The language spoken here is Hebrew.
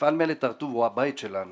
מפעל "מלט הר-טוב" הוא הבית שלנו